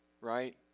right